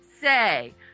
say